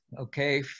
okay